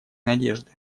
надежды